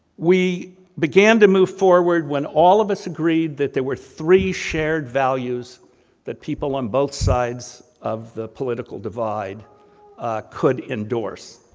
we began to move forward, when all of us agreed that there were three shared values that people on both sides of the political divide could endorse,